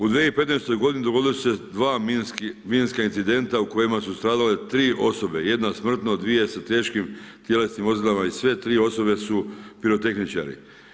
U 2015. godini dogodila su se dva minska incidenta u kojima su stradale 3 osobe, jedna smrtno, dvije sa teškim tjelesnim ozljedama i sve 3 osobe su pirotehničari.